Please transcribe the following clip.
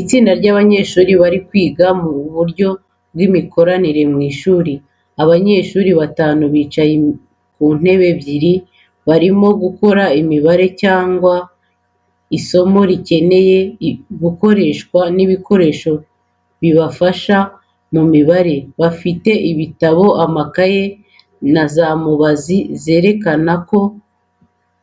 Itsinda ry’abanyeshuri bari kwiga mu buryo bw’imikoranire mu ishuri. Abanyeshuri batanu bicaye ku ntebe ebyiri barimo gukora imibare cyangwa isomo rikeneye gukoresha ibikoresho bibafasha mu mibare. Bafite ibitabo, amakayi, na za mubazi zerekana ko